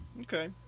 okay